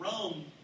Rome